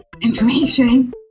information